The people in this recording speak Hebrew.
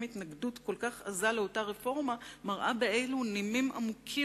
התנגדות כל כך עזה לאותה רפורמה מראה באילו נימים עמוקים